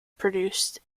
produced